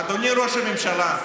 אדוני ראש הממשלה,